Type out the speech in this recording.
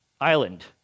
island